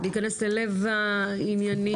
להיכנס ללב העניינים